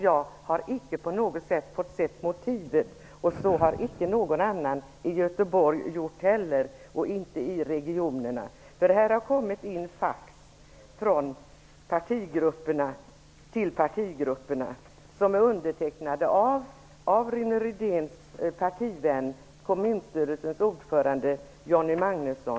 Jag har icke på något sätt fått se motivet, och det har inte heller någon annan i Göteborg eller i de olika regionerna fått göra. Det har till partigrupperna kommit fax undertecknade av Rune Rydéns partivän, kommunstyrelsens ordförande Johnny Magnusson.